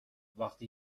وقتی